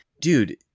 dude